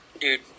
Dude